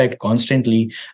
Constantly